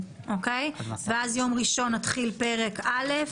כן, ביום ראשון נתחיל בפרק א',